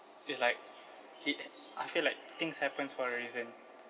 it's like it I feel like things happens for a reason